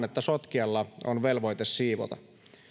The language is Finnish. että sotkijalla on velvoite siivota